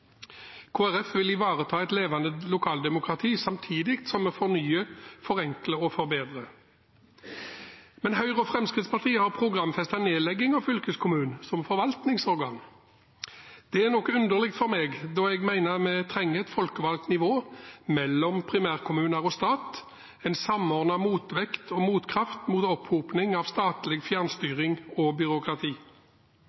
Folkeparti vil ivareta et levende lokaldemokrati samtidig som vi fornyer, forenkler og forbedrer. Høyre og Fremskrittspartiet har programfestet nedlegging av fylkeskommunen som forvaltningsorgan. Det er noe underlig for meg, da jeg mener vi trenger et folkevalgt nivå mellom primærkommuner og stat, en samordnet motvekt og motkraft mot opphopning av statlig